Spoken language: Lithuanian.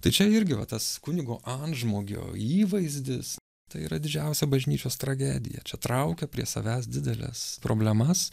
tai čia irgi va tas kunigo antžmogio įvaizdis tai yra didžiausia bažnyčios tragedija čia traukia prie savęs dideles problemas